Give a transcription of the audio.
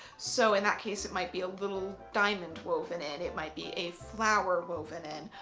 so in that case, it might be a little diamond woven in, it might be a flower woven in,